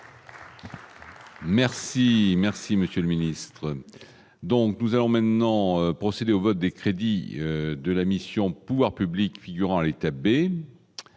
Merci, merci, Monsieur le Ministre, donc nous allons maintenant procéder au vote des crédits de la mission, pouvoirs publics, figurant à l'État B